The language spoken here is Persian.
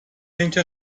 اینکه